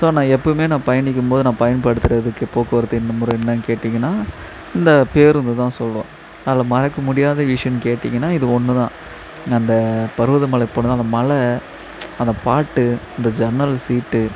so நான் எப்பவுமே நான் பயணிக்கும் போது நான் பயன்படுத்துகிறதுக்கு போக்குவரத்து என்ன முறை என்ன கேட்டிங்கன்னா இந்த பேருந்து தான் சொல்வேன் அதில் மறக்க முடியாத விஷயன்னு கேட்டிங்கன்னா இது ஒன்று தான் அந்த பர்வத மலை போனது அந்த மலை அந்த பாட்டு அந்த ஜன்னல் சீட்டு